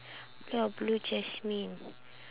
ya Blue Jasmine